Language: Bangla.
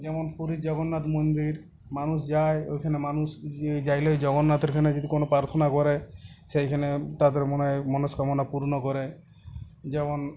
যেমন পুরীর জগন্নাথ মন্দির মানুষ যায় ওইখানে মানুষ যেয়ে যাইলে জগন্নাথের ওখানে যদি কোনও প্রার্থনা করে সেইখানে তাদের মনের মনস্কামনা পূর্ণ করে যেমন